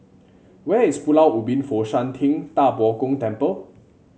where is Pulau Ubin Fo Shan Ting Da Bo Gong Temple